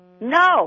No